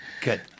Good